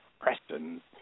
Preston